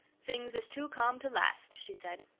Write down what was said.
things is too calm to last, she said.